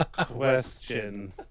question